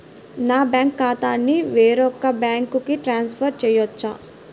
నా బ్యాంక్ ఖాతాని వేరొక బ్యాంక్కి ట్రాన్స్ఫర్ చేయొచ్చా?